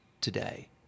today